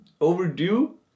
overdue